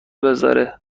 بزاره